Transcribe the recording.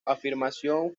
afirmación